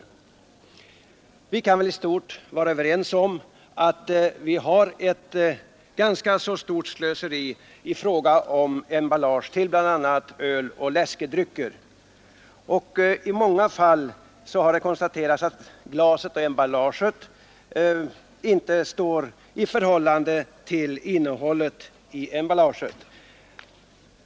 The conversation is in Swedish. Vi kan väl i stort vara överens om att det förekommer ett ganska stort slöseri med emballage för bl.a. öl och läskedrycker. I många fall har konstaterats att priset på emballaget inte står i rimlig proportion till priset på innehållet.